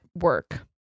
work